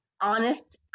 honest